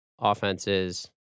offenses